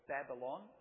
Babylon